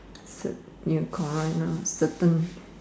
insert here correct lah certain